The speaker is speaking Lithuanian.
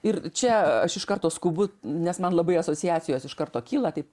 ir čia aš iš karto skubu nes man labai asociacijos iš karto kyla taip